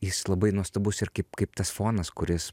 jis labai nuostabus ir kaip kaip tas fonas kuris